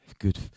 Good